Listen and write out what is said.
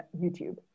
YouTube